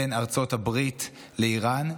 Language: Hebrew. בין ארצות הברית לאיראן.